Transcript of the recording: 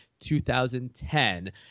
2010